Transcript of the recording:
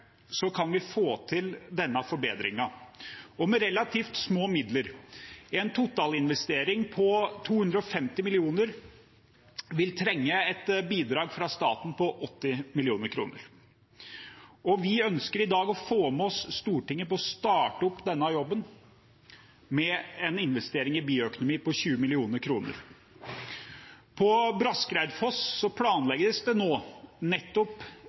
kan vi få til denne forbedringen med relativt små midler. En totalinvestering på 250 mill. kr vil trenge et bidrag fra staten på 80 mill. kr. Vi ønsker i dag å få med oss Stortinget på å starte opp denne jobben med en investering i bioøkonomi på 20 mill. kr. På Braskereidfoss planlegges det nå nettopp